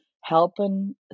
helping